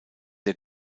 der